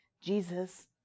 Jesus